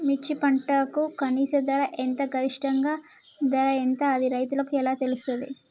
మిర్చి పంటకు కనీస ధర ఎంత గరిష్టంగా ధర ఎంత అది రైతులకు ఎలా తెలుస్తది?